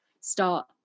start